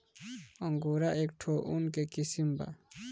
angora एक ठो ऊन के किसिम बा